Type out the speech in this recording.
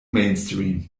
mainstream